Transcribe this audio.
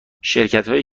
شرکتهایی